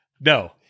No